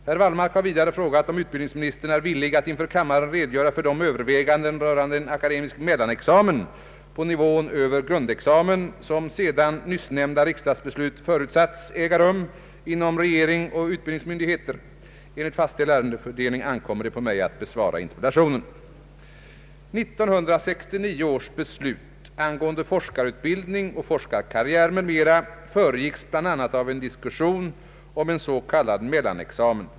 Herr Wallmark har vidare frågat om utbildningsministern är villig att inför kammaren redogöra för de överväganden rörande en akademisk mellanexamen på nivån över grundexamen som sedan nyssnämnda riksdagsbeslut förutsatts äga rum inom regering och utbildningsmyndigheter. Enligt fastställd ärendefördelning ankommer det på mig att besvara interpellationen. 1969 års beslut angående forskarutbildning och forskarkarriär m.m. föregicks bl.a. av en diskussion om en s.k. mellanexamen.